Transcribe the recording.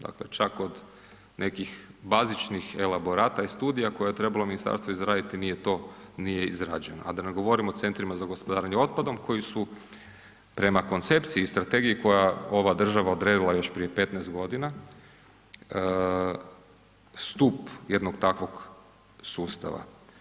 Dakle, čak od nekih bazičnih elaborata i studija koja je trebalo ministarstvo izraditi nije izrađeno, a da ne govorimo o centrima za gospodarenje otpadom koja su prema koncepciji i strategiji koje je ova država odredila još prije 15 godina stup jednog takvog sustava.